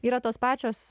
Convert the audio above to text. yra tos pačios